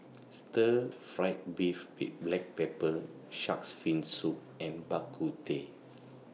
Stir Fried Beef with Black Pepper Shark's Fin Soup and Bak Kut Teh